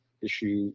issue